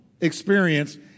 experienced